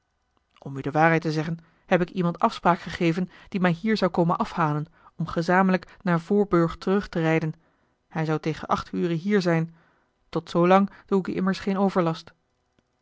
om u de waarheid te zeggen heb ik iemand afspraak gegeven die mij hier zou komen afhalen om gezamenlijk naar voorburg terug te rijden hij zou tegen acht ure hier zijn tot zoolang doe ik u immers geen overlast